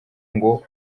ngo